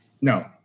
No